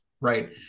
right